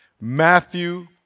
Matthew